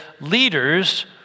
leaders